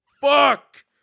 Fuck